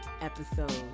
episode